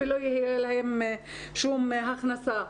ולא יהיה להם שום הכנסה.